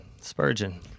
Spurgeon